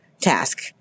task